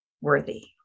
worthy